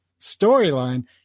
storyline